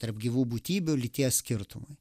tarp gyvų būtybių lyties skirtumai